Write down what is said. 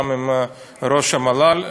גם עם ראש המל"ל,